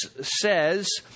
says